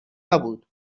نبود